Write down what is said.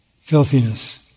filthiness